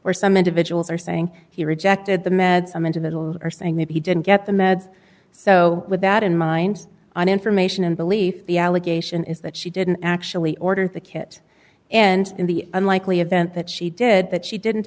where some individuals are saying he rejected the med some individuals are saying that he didn't get the meds so with that in mind and information and belief the allegation is that she didn't actually order the kit and in the unlikely event that she did that she didn't